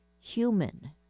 human